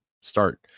start